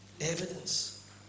evidence